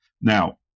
Now